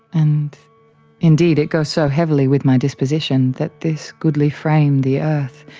and indeed it goes so heavily with my disposition that this goodly frame the earth,